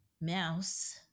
mouse